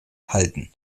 halten